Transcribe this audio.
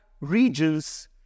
regions